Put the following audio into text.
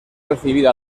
recibido